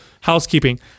housekeeping